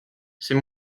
c’est